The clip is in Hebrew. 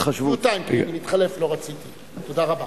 תודה רבה.